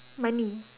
money